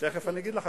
תיכף אני אגיד לך,